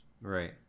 Right